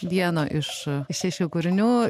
vieno iš šešių kūrinių